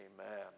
Amen